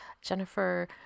Jennifer